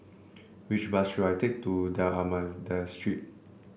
which bus should I take to D'Almeida Street